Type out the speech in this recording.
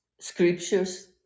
scriptures